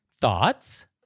Thoughts